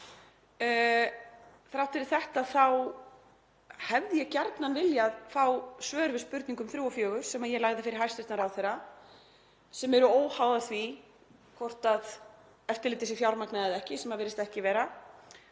Þrátt fyrir þetta þá hefði ég gjarnan viljað fá svör við spurningum 3 og 4 sem ég lagði fyrir hæstv. ráðherra sem eru óháðar því hvort eftirlitið sé fjármagnað eða ekki, sem það virðist ekki vera.